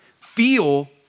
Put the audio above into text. feel